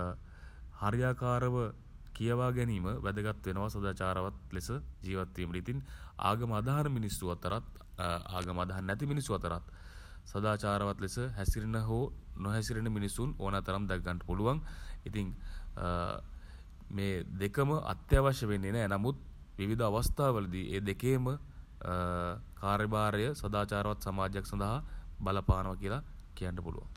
හරියාකාරව කියවා ගැනීම වැදගත් වෙනවා සදාචාරවත් ලෙස ජීවත්වීමට. ඉතින් ආගම අදහන මිනිස්සු අතරත් ආගම අදහන් නැති මිනිස්සු අතරත් සදාචාරවත් ලෙස හැසිරෙන හෝ නොහැසිරෙන මිනිසුන් ඕනෑ තරම් දැක ගන්න පුළුවන්. ඉතින් මේ දෙකම අත්‍යාවශ්‍ය වෙන්නේ නෑ. නමුත් විවිධ අවස්ථාවලදී ඒ දෙකේම කාර්යභාරය සදාචාරවත් සමාජයක් සඳහා බලපානවා කියලා කියන්න පුළුවන්.